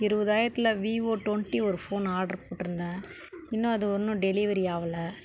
இருபதாயிரத்துல Vivo twenty ஒரு phone order போட்டிருந்தேன் இன்னும் அது ஒன்றும் டெலிவரி ஆகல